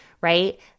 right